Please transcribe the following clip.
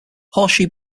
horseshoe